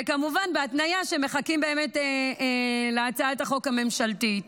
וכמובן בהתניה שמחכים באמת להצעת החוק הממשלתית.